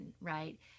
right